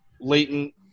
latent